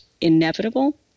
inevitable